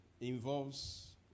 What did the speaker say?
involves